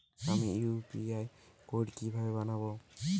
আমি UPI code কিভাবে বানাব?